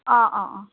অঁ অঁ অঁ